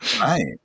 Right